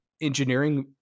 engineering